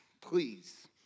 please